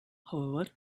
however